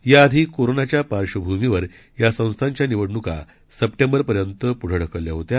याआधी कोरोनाच्या पार्श्वभूमीवर या संस्थांच्या निवडणुका सप्टेंबरपर्यंत पुढं ढकलल्या होत्या